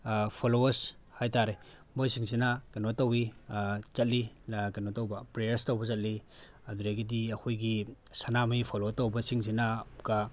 followers ꯍꯥꯏꯇꯥꯔꯦ ꯃꯣꯏꯁꯤꯡꯁꯤꯅ ꯀꯩꯅꯣ ꯇꯧꯋꯤ ꯆꯠꯂꯤ ꯀꯩꯅꯣ ꯇꯧꯕ ꯄ꯭ꯔꯦꯌꯔꯁ ꯇꯧꯕ ꯆꯠꯂꯤ ꯑꯗꯨꯗꯒꯤꯗꯤ ꯑꯩꯈꯣꯏꯒꯤ ꯁꯅꯥꯃꯍꯤ ꯐꯣꯜꯂꯣ ꯇꯧꯕꯁꯤꯡꯁꯤꯅ ꯑꯃꯨꯛꯀ